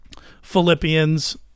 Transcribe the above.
Philippians